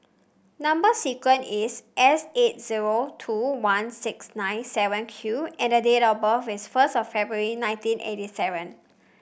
number sequence is S eight zero two one six nine seven Q and date of birth is first of February nineteen eighty seven